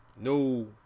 No